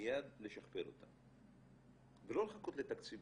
מייד נשכפל אותן ולא לחכות לתקציבים,